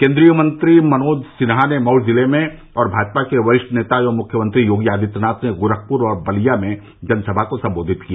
केन्द्रीय मंत्री मनोज सिन्हा ने मऊ जिले में और भाजपा के वरिष्ठ नेता एवं मुख्यमंत्री योगी आदित्यनाथ ने गोरखप्र और बलिया में जनसभा को संबोधित किया